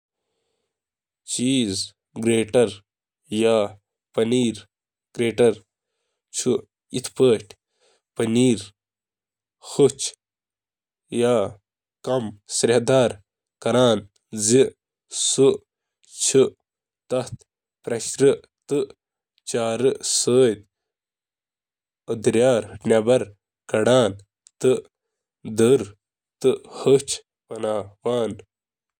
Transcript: پنیر graters منٛز چِھ عام طور پٲنٹھ کنہہ پہلو آسان، پرتھ اکھ چُھ مختلف گریٹنگ یا شریڈنگ کامن خاطرٕ ڈیزائن کرنہٕ آمت۔ ییٚتہِ چُھ عام طرفن تہٕ تِہنٛدیٚن استعمالن ہُنٛد خراب: بٔڑیٚن زَدَن ہٕنٛدِ مدتہٕ سۭتۍ لۄکٕٹۍ زَدٕ تہٕ سلائڈنگ طرفہٕ۔